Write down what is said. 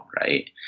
Right